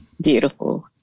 Beautiful